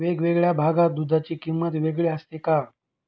वेगवेगळ्या भागात दूधाची किंमत वेगळी असते का?